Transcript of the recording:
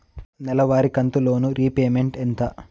నెలవారి కంతు loan repayment ఎంత?